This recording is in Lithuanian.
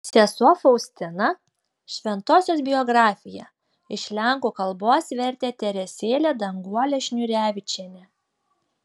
sesuo faustina šventosios biografija iš lenkų kalbos vertė teresėlė danguolė šniūrevičienė